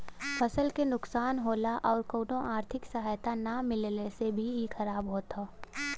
फसल के नुकसान होला आउर कउनो आर्थिक सहायता ना मिलले से भी इ खराब होत हौ